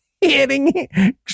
hitting